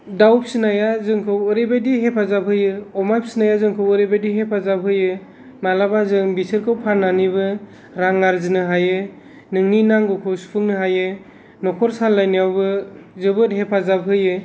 दाउ फिसिनाया जोंखौ ओरैबादि हेफाजाब होयो अमा फिसिनाया जोंखौ ओरैबादि हेफाजाब होयो मालाबा जों बिसोरखौ फाननानैबो रां आरजिनो हायो नोंनि नांगौखौ सुफुंनो हायो न'खर सालायानायावबो जोबोद हेफाजाब होयो